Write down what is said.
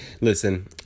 Listen